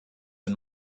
and